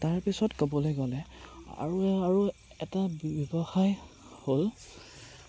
তাৰপিছত ক'বলৈ গ'লে আৰু আৰু এটা ব্যৱসায় হ'ল